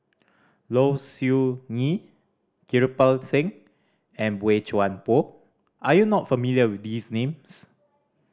Low Siew Nghee Kirpal Singh and Boey Chuan Poh are you not familiar with these names